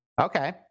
Okay